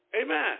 Amen